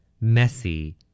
Messy